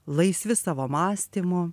laisvi savo mąstymu